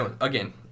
again